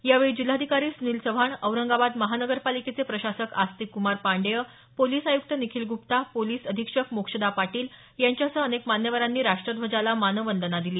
यावेळी जिल्हाधिकारी सुनील चव्हाण औरंगाबाद महापालिकेचे प्रशासक अस्तिकक्मार पांडेय पोलीस आय्क्त निखील ग्रप्ता पोलीस अधीक्षक मोक्षदा पाटील यांच्यासह अनेक मान्यवरांनी राष्ट्रध्वजाला मानवंदना दिली